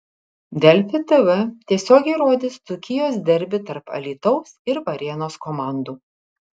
delfi tv tiesiogiai rodys dzūkijos derbį tarp alytaus ir varėnos komandų